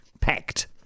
packed